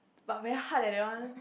but very hard eh that one